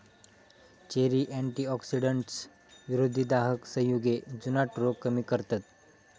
cherry antioxidants, विरोधी दाहक संयुगे, जुनाट रोग कमी करतत